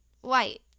white